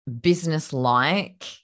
business-like